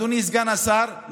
אדוני סגן השר,